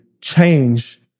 change